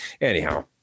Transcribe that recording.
anyhow